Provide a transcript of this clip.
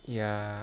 ya